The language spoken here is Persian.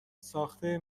ساخته